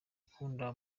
ukunda